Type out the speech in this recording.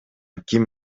ким